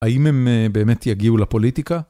האם הם באמת יגיעו לפוליטיקה?